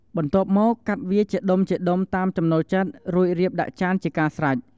បន្ទាប់មក កាត់វាជាដុំៗតាមចំណូលចិត្ត រួចរៀបដាក់ចានជាការស្រេច។